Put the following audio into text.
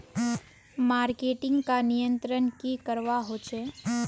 Marketing का नियंत्रण की करवा होचे?